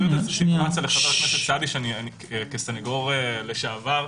כסנגור לשעבר,